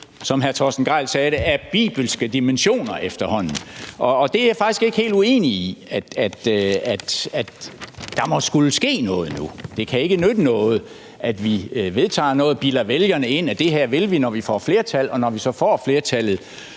som hr. Torsten Gejl sagde det, bibelske dimensioner efterhånden. Og det er jeg faktisk ikke helt uenig i, altså at der må skulle ske noget nu. Det kan ikke nytte noget, at vi vedtager noget og bilder vælgerne ind, at det her vil vi, når vi får flertal, og at vi, når vi så får flertallet,